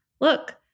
look